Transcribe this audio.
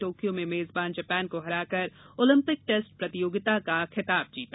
Tokyo में मेजबान Japan को हराकर ओलंपिक टेस्ट प्रतियोगिता का खिताब जीता